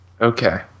Okay